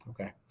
Okay